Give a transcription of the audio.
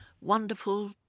wonderful